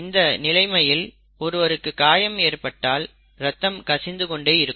இந்த நிலைமையில் ஒருவருக்கு காயம் ஏற்பட்டால் ரத்தம் கசிந்து கொண்டே இருக்கும்